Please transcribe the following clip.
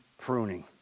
pruning